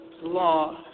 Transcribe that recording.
law